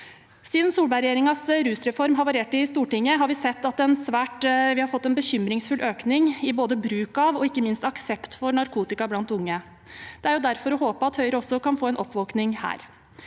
Siden Solberg-regjeringens rusreform havarerte i Stortinget, har vi sett at vi har fått en bekymringsfull økning i både bruk av og ikke minst aksept for narkotika blant unge. Det er derfor å håpe at Høyre også kan få en oppvåkning her,